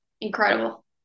incredible